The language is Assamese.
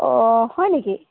অঁ হয় নেকি